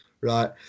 right